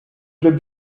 clubs